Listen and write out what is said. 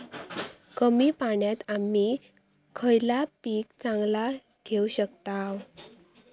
कमी पाण्यात आम्ही खयला पीक चांगला घेव शकताव?